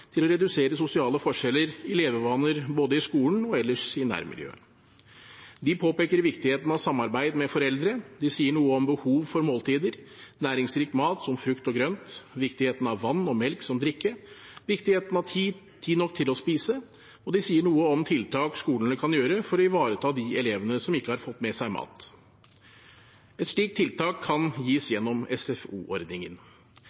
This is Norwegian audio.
til å redusere sosiale forskjeller i levevaner både i skolen og ellers i nærmiljøet. De påpeker viktigheten av samarbeid med foreldre, de sier noe om behov for måltider, næringsrik mat som frukt og grønt, viktigheten av vann og melk som drikke, viktigheten av tid nok til å spise, og de sier noe om tiltak skolene kan gjøre for å ivareta de elevene som ikke har fått med seg mat. Et slikt tiltak kan gis